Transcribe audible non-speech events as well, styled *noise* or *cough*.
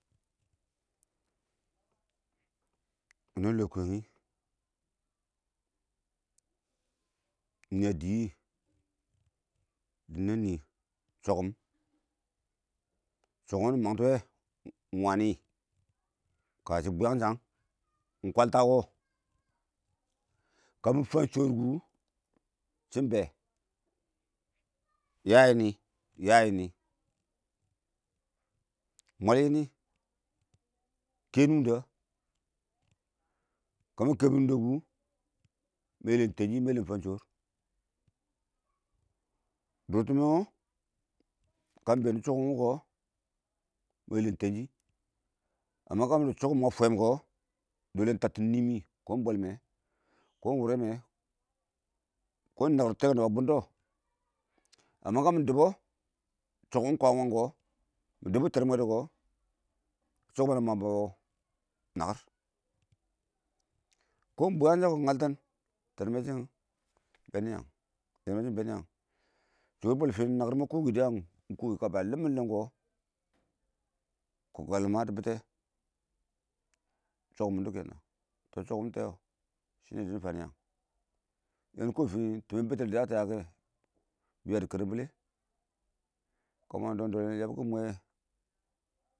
ɪdɪnɪ inglɔ kuyengi niyɛ dɪɪ wɪɪn dɪ nni shɔkkʊm, shʊkkʊm nɪ mang tʊ wɛ ingwani kahʊ biyang shang iɪng kwaltɔ, kɔ kamɪ fang shɔr kʊ shɪn ingben ya yiɪnɪ ya yiɪnɪ, mwal yiɪnɪ kɛ nungdɛ kama kɛbʊ nungde kʊ, ma yɛlɛm tanshi ma yɛlɛm shɔr, dʊr timmɛ wʊ kamɪ been dɪ chungumkɔ ma yɔlɛm tan shɪ, ma yɛlɛm fang shɔr kə midi chungum ma fwam kɔ iɪng dɔlɛ iɪng tattin nimi, kɔ bwɛlmɛ kɔ wʊre kɛ nakɪr tɛshɔ kɔ nabbɔ bʊndɔ *unintelligible* kamɪ dʊbbɔ chunghm wɔ ingkwan wangɪn kɔ mɪ dibʊ tɛɛn mɛdʊ kɛ chungum mɪn dɛ a mang bʊ nakɪr kɛ iɪng bwiyang shang kɔ ngaltin tɛɛn mɛ shɪn, bɛ nɪ yangin ynme shɪ bɛ nɪ yangin shɔri fɪn nakɪr ma kowi kaba limmin lim kɔ kɔ kə *unintelligible* ch bitɛ kɔn iɪng chungum mindɔ kɛnɛ dɪn fan beni yangin bɛni kowi fiin timɛ n bəttəli dɪ yatɔ ya wɛkɛ bɪ yadi karalbɛrɛ kama dollim dɔllim yabbi kiɪn mwɛ.